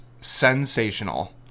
sensational